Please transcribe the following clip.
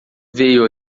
veio